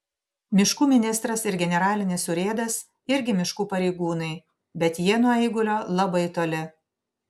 miškų ministras ir generalinis urėdas irgi miškų pareigūnai bet jie nuo eigulio labai toli